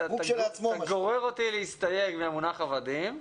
אתה גורר אותי להסתייג מהמונח "עבדים",